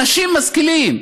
אנשים משכילים,